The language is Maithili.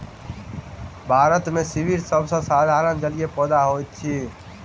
भारत मे सीवर सभ सॅ साधारण जलीय पौधा होइत अछि